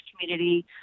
community